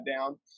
down